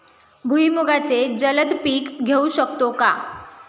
भुईमुगाचे जलद पीक घेऊ शकतो का?